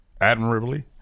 admirably